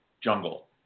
jungle